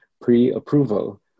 pre-approval